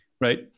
right